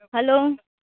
hello